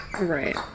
Right